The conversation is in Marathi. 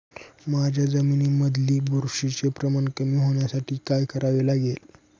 माझ्या जमिनीमधील बुरशीचे प्रमाण कमी होण्यासाठी काय करावे लागेल?